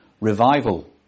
revival